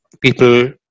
people